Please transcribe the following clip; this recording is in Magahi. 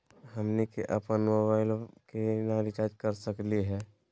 हमनी के अपन मोबाइल के केना रिचार्ज कर सकली हे?